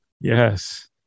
Yes